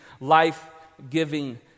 life-giving